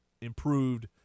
improved